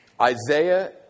Isaiah